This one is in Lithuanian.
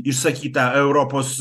išsakyta europos